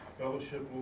fellowship